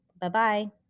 Bye-bye